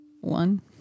One